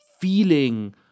feeling